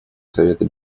совета